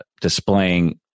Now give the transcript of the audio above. displaying